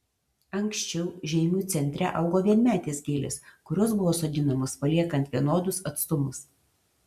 anksčiau žeimių centre augo vienmetės gėlės kurios buvo sodinamos paliekant vienodus atstumus